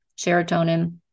serotonin